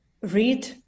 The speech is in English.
read